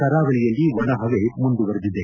ಕರಾವಳಿಯಲ್ಲಿ ಒಣಹವೆ ಮುಂದುವರೆದಿದೆ